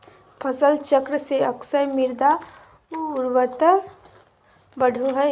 फसल चक्र से अक्सर मृदा उर्वरता बढ़ो हइ